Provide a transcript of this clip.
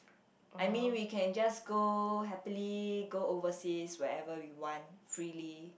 I mean we can just go happily go overseas wherever we want freely